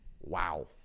Wow